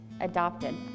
adopted